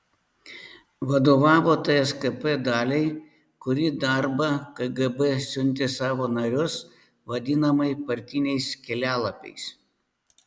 vadovavo tskp daliai kuri darbą kgb siuntė savo narius vadinamai partiniais kelialapiais